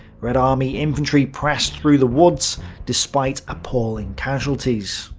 red army infantry pressed through the woods despite appalling casualties.